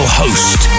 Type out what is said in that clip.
host